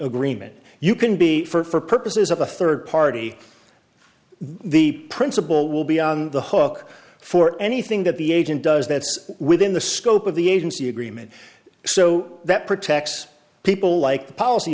agreement you can be for purposes of a third party the principal will be on the hook for anything that the agent does that's within the scope of the agency agreement so that protects people like